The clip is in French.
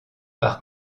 par